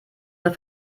eine